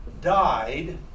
died